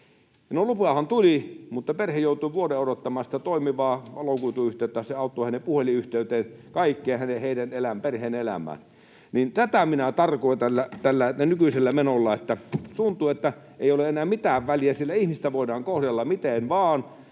lupahan tuli, mutta perhe joutui vuoden odottamaan sitä toimivaa valokuituyhteyttä. Se auttoi heidän puhelinyhteyteen, kaikkeen perheen elämään. Tätä minä tarkoitan tällä nykyisellä menolla, että tuntuu, että ei ole enää mitään väliä, sillä ihmistä voidaan kohdella miten vain.